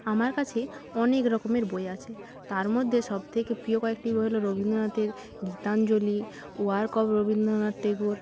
আমার কাছে অনেক রকমের বই আছে তার মধ্যে সবথেকে প্রিয় কয়েকটি বই হল রবীন্দ্রনাথের গীতাঞ্জলি ওয়ার্ক অফ রবীন্দ্রনাথ টেগোর